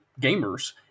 gamers